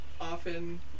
often